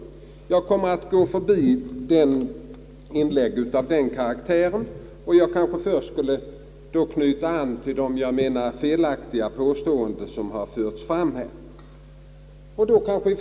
Jag går därför förbi inlägg av denna karaktär men skall anknyta till några av de felaktiga påståenden som har framförts under denna remissdebatt.